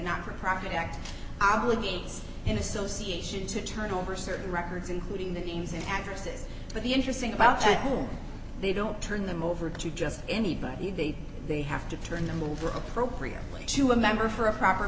not for profit act obligate an association to turn over certain records including the names and addresses but the interesting about the whole they don't turn them over to just anybody they they have to turn them over appropriately to a member for a proper